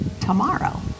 tomorrow